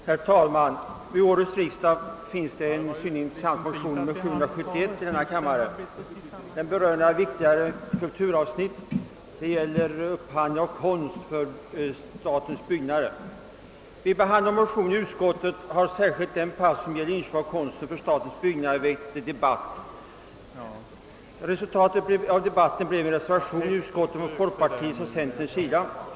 Herr talman! Vid årets riksdag har väckts en synnerligen intressant motion, nr 771 i denna kammare. Den berör viktigare kulturavsnitt, bl.a. upphandling av konst för statens byggnader. Vid behandlingen av motionen i utskottet har särskilt den passus som gäller anslag till konst för statens byggnader väckt debatt. Resultatet av debatten blev en reservation i utskottet från folkpartiets och centerns sida.